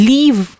Leave